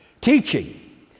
teaching